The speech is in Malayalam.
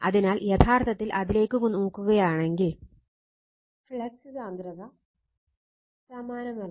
അതിനാൽ യഥാർത്ഥത്തിൽ അതിലേക്ക് നോക്കുകയാണെങ്കിൽ ഫ്ലക്സ് സാന്ദ്രത സമാനമല്ല